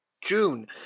June